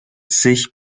sich